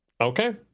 Okay